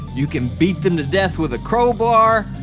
you can beat them to death with a crowbar,